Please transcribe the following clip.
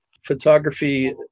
Photography